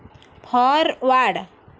forward